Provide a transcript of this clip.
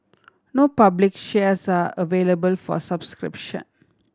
no public shares are available for subscription